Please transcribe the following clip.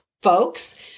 folks